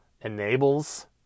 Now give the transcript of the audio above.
enables